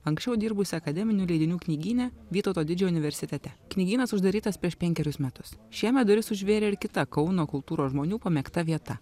anksčiau dirbusi akademinių leidinių knygyne vytauto didžiojo universitete knygynas uždarytas prieš penkerius metus šiemet duris užvėrė ir kita kauno kultūros žmonių pamėgta vieta